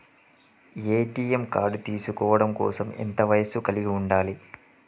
ATM card తీసుకోవడం కోసం ఎంత వయస్సు కలిగి ఉండాలి?